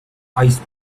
ice